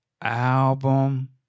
album